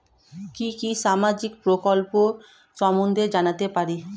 কি কি সামাজিক প্রকল্প সম্বন্ধে জানাতে পারি?